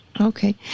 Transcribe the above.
Okay